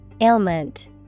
ailment